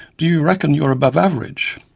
do you reckon you're above average?